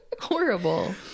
horrible